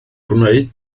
gwneud